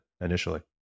initially